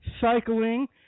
cycling